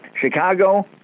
Chicago